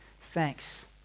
thanks